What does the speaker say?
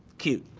cute,